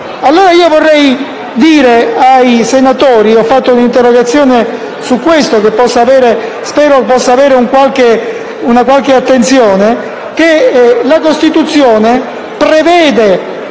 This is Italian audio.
Pertanto, vorrei dire ai senatori - ho presentato un'interrogazione sul tema che spero possa avere una qualche attenzione - che la Costituzione prevede